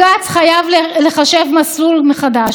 מנכ"ל בצלם והבן יקיר לי של האגף הזה,